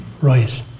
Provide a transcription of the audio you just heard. Right